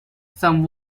some